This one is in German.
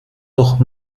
noch